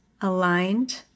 aligned